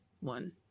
one